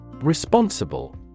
Responsible